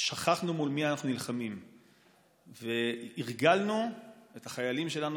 שכחנו מול מי אנחנו נלחמים והרגלנו את החיילים שלנו